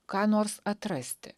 ką nors atrasti